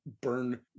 burn